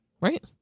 right